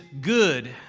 good